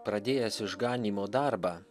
pradėjęs išganymo darbą